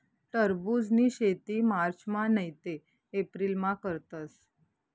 टरबुजनी शेती मार्चमा नैते एप्रिलमा करतस